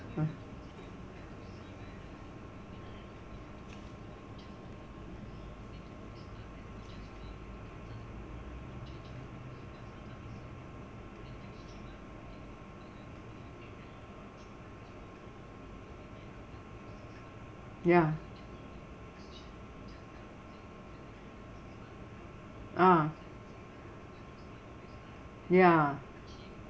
ya ah ya